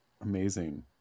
Amazing